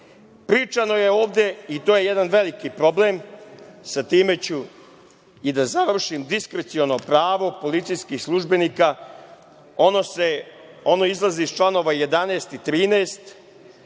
pregled. Pričano je ovde i to je jedan veliki problem i sa time ću završiti, diskreciono pravo policijskih službenika. Ono izlazi iz članova 11. i 13.